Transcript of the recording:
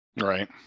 Right